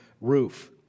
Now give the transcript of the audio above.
roof